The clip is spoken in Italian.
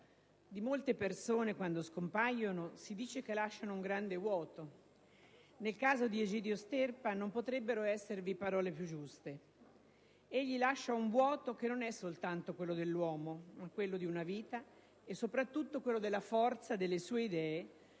Di molte persone, quando scompaiono, si dice che lasciano un grande vuoto: nel caso di Egidio Sterpa non potrebbero esservi parole più giuste. Egli lascia un vuoto che non è soltanto quello dell'uomo, quello di una vita, ma soprattutto quello della forza delle sue idee